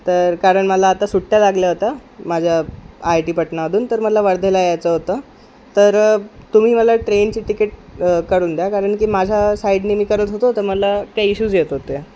तर कारण मला आता सुट्ट्या लागल्या होत्या माझ्या आय आय टी पटणामधून तर मला वर्धेला यायचं होतं तर तुम्ही मला ट्रेनची तिकीट काढून द्या कारण की माझ्या साईडने मी करत होतो तर मला काही इश्यूज येत होते